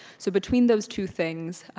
so between those two things,